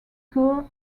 occur